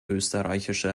österreichische